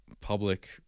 public